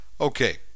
Okay